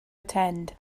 attend